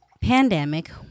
pandemic